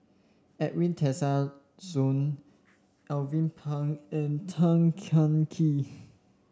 Edwin Tessensohn Alvin Pang and Tan Kah Kee